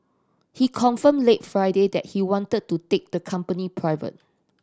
he confirmed late Friday that he want to take the company private